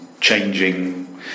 changing